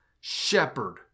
shepherd